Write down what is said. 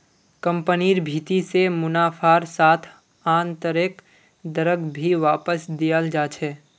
कम्पनिर भीति से मुनाफार साथ आन्तरैक दरक भी वापस दियाल जा छे